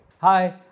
Hi